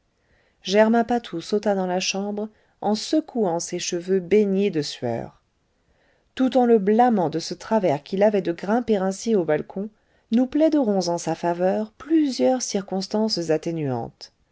germain patou sauta dans la chambre en secouant ses cheveux baignés de sueur tout en le blâmant de ce travers qu'il avait de grimper ainsi aux balcons nous plaiderons en sa faveur plusieurs circonstances atténuantes